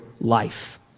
life